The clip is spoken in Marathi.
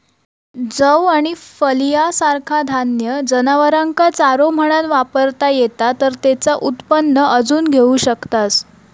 जौ आणि फलिया सारखा धान्य जनावरांका चारो म्हणान वापरता येता तर तेचा उत्पन्न अजून घेऊ शकतास